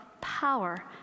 power